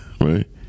Right